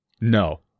No